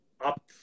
up